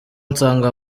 nsanga